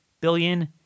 billion